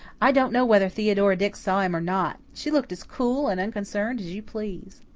i don't know whether theodora dix saw him or not. she looked as cool and unconcerned as you please.